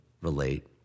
relate